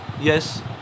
Yes